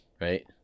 right